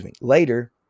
Later